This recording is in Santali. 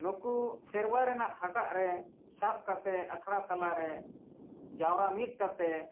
ᱱᱩᱠᱩ ᱥᱮᱨᱣᱟ ᱨᱮᱱᱟᱜ ᱦᱟᱴᱟᱜ ᱨᱮ ᱥᱟᱵ ᱠᱟᱛᱮᱫ ᱟᱠᱷᱲᱟ ᱛᱟᱞᱟ ᱨᱮ ᱡᱟᱣᱨᱟ ᱢᱤᱫ ᱠᱟᱛᱮᱫ